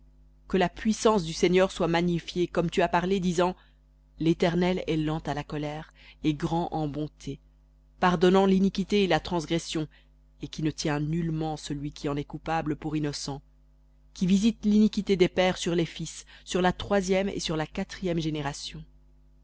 que la puissance du seigneur soit magnifiée comme tu as parlé disant léternel est lent à la colère et grand en bonté pardonnant l'iniquité et la transgression et qui ne tient nullement celui qui en est coupable pour innocent qui visite l'iniquité des pères sur les fils sur la troisième et sur la quatrième